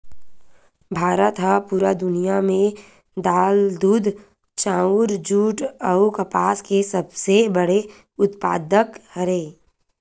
भारत हा पूरा दुनिया में दाल, दूध, चाउर, जुट अउ कपास के सबसे बड़े उत्पादक हरे